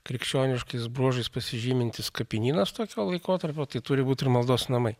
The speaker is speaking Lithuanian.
krikščioniškais bruožais pasižymintis kapinynas tokio laikotarpio tai turi būti ir maldos namai